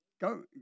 Go